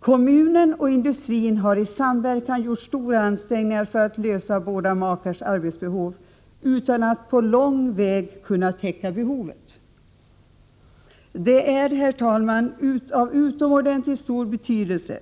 Kommunen och industrin har i samverkan gjort stora ansträngningar för att tillgodose båda makars arbetsbehov, utan att på lång väg ha kunnat täcka behovet. Det är, herr talman, av utomordentligt stor betydelse